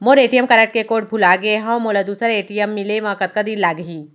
मोर ATM card के code भुला गे हव, मोला दूसर ए.टी.एम मिले म कतका दिन लागही?